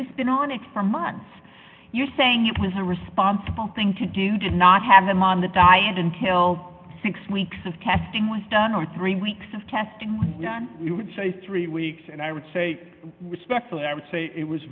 o's been on it for months you're saying it was a responsible thing to do did not have them on the diet until six weeks of testing was done over three weeks of testing you would say three weeks and i would say respectfully i would say it was